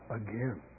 again